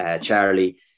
Charlie